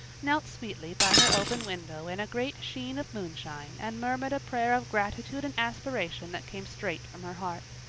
knelt sweetly by her open window in a great sheen of moonshine and murmured a prayer of gratitude and aspiration that came straight from her heart.